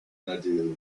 nadu